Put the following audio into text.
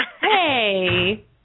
Hey